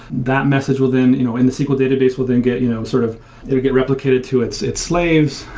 that message will then you know and the sql database will then get you know sort of it will get replicated to its its slaves.